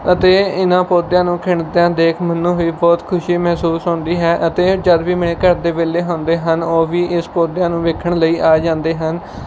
ਅਤੇ ਇਹਨਾਂ ਪੌਦਿਆਂ ਨੂੰ ਖਿੜਦਿਆਂ ਦੇਖ ਮੈਨੂੰ ਹੀ ਬਹੁਤ ਖੁਸ਼ੀ ਮਹਿਸੂਸ ਹੁੰਦੀ ਹੈ ਅਤੇ ਜਦ ਵੀ ਮੇਰੇ ਘਰ ਦੇ ਵਿਹਲੇ ਹੁੰਦੇ ਹਨ ਉਹ ਵੀ ਇਸ ਪੌਦਿਆਂ ਨੂੰ ਵੇਖਣ ਲਈ ਆ ਜਾਂਦੇ ਹਨ